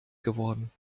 geworden